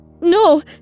No